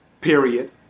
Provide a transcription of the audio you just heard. period